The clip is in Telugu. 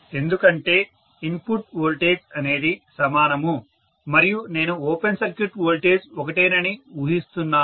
ఎందుకంటే ఇన్పుట్ వోల్టేజ్ అనేది సమానము మరియు నేను ఓపెన్ సర్క్యూట్ వోల్టేజ్ ఒకటేనని ఊహిస్తున్నాను